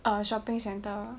err shopping centre